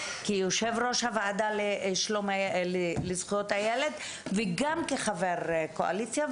כיושב ראש הוועדה לזכויות הילד וגם כחבל קואליציה,